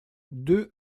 deux